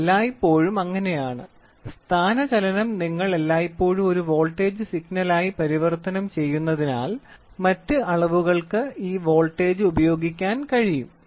ഇത് എല്ലായ്പ്പോഴും അങ്ങനെയാണ് സ്ഥാനചലനം നിങ്ങൾ എല്ലായ്പ്പോഴും ഒരു വോൾട്ടേജ് സിഗ്നലായി പരിവർത്തനം ചെയ്യുന്നതിനാൽ മറ്റ് അളവുകൾക്ക് ഈ വോൾട്ടേജ് ഉപയോഗിക്കാൻ കഴിയും